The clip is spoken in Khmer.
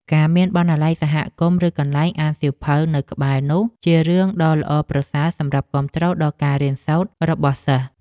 ការមានបណ្ណាល័យសហគមន៍ឬកន្លែងអានសៀវភៅនៅក្បែរនោះជារឿងដ៏ប្រសើរសម្រាប់គាំទ្រដល់ការរៀនសូត្ររបស់សិស្ស។